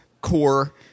core